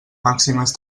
màximes